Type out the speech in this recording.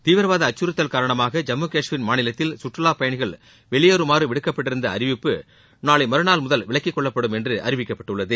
தீவிரவாத அச்சுறுத்தல் காரணமாக ஜம்மு கஷ்மீர் மாநிலத்தில் சுற்றுவா பயணிகள் வெளியேறுமாறு விடுக்கப்பட்டிருந்த அறிவிப்பு நாளை மறுநாள் முதல் விலக்கிக் கொள்ளப்படும் என்று அறிவிக்கப்பட்டுள்ளது